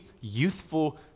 youthful